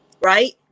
right